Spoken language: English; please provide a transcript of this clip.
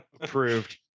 Approved